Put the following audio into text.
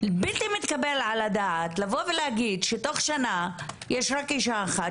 בלתי מתקבל על הדעת לבוא ולהגיד שתוך שנה יש רק אישה אחת,